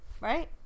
right